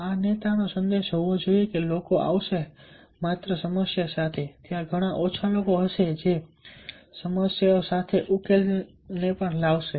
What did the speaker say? આ નેતાનો સંદેશ હોવો જોઈએ લોકો આવશે માત્ર સમસ્યા સમસ્યા સાથે ત્યાં ઘણા ઓછા લોકો છે જે અમે સમસ્યા સાથે અને ઉકેલ સાથે આવીશું